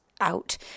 out